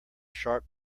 sharp